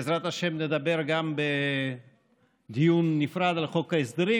בעזרת השם, נדבר גם בדיון נפרד על חוק ההסדרים.